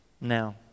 Now